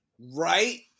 right